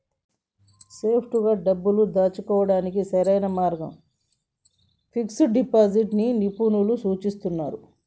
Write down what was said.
సేఫ్టీగా డబ్బుల్ని దాచుకోడానికి సరైన మార్గంగా ఫిక్స్డ్ డిపాజిట్ ని నిపుణులు సూచిస్తున్నరు